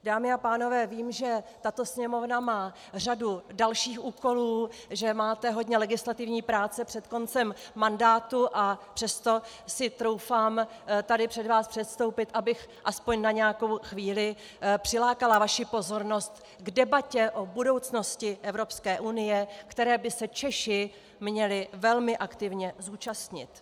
Dámy a pánové, vím, že tato Sněmovna má řadu dalších úkolů, že máte hodně legislativní práce před koncem mandátu, a přesto si troufám tady před vás předstoupit, abych alespoň na nějakou chvíli přilákala vaši pozornost k debatě o budoucnosti Evropské unie, které by se Češi měli velmi aktivně účastnit.